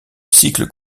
cycle